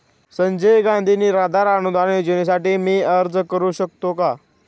संजय गांधी निराधार अनुदान योजनेसाठी मी अर्ज करू शकतो का?